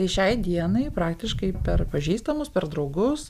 tai šiai dienai praktiškai per pažįstamus per draugus